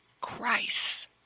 Christ